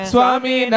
Swami